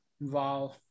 Wow